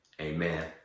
amen